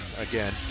again